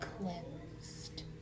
cleansed